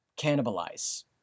cannibalize